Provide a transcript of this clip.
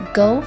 go